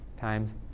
times